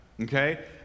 okay